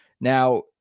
Now